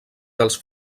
dels